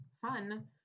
fun